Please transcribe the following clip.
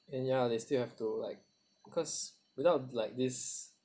and ya they still have to like because without like this